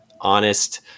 honest